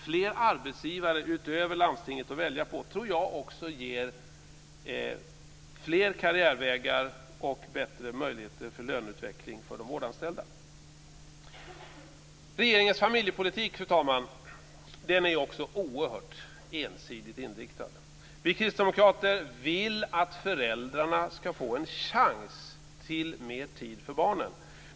Fler arbetsgivare utöver landstinget att välja på tror jag också ger fler karriärvägar och bättre möjligheter för löneutveckling för de vårdanställda. Regeringens familjepolitik, fru talman, är också oerhört ensidigt inriktad. Vi kristdemokrater vill att föräldrarna ska få en chans till mer tid för barnen.